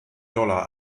dollar